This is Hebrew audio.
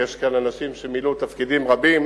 ויש כאן אנשים שמילאו תפקידים רבים